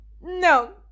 no